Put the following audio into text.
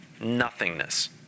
nothingness